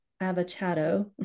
Avocado